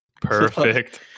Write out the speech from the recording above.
Perfect